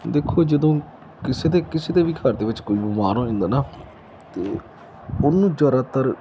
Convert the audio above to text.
ਦੇਖੋ ਜਦੋਂ ਕਿਸੇ ਦੇ ਕਿਸੇ ਦੇ ਵੀ ਘਰ ਦੇ ਵਿੱਚ ਕੋਈ ਬਿਮਾਰ ਹੋ ਜਾਂਦਾ ਨਾ ਅਤੇ ਉਹਨੂੰ ਜ਼ਿਆਦਾਤਰ